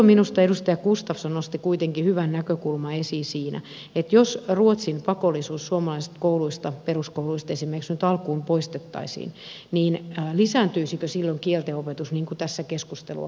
minusta edustaja gustafsson nosti kuitenkin hyvän näkökulman esiin siinä että jos ruotsin pakollisuus suomalaisista kouluista peruskouluista esimerkiksi nyt alkuun poistettaisiin niin lisääntyisikö silloin kieltenopetus niin kuin tässä keskustelua käytiinkin